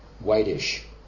whitish